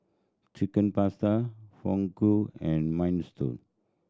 Chicken Pasta Fugu and Minestrone